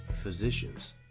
physicians